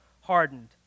hardened